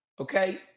okay